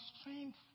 strength